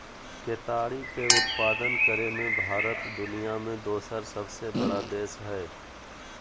केताड़ी के उत्पादन करे मे भारत दुनिया मे दोसर सबसे बड़ा देश हय